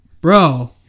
bro